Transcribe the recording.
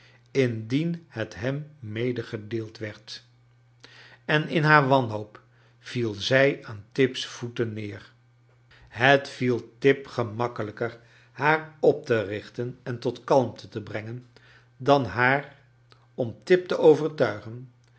indien het hem fneegedeeld werd en in haar w t anhoop viel zij aan tip's voeten neer het viel tip gemakkelijker haar op te richten en tot kalmte te brengen dan haar om tip te overtuigen